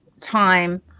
time